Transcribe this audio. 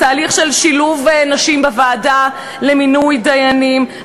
תהליך של שילוב נשים בוועדה למינוי דיינים,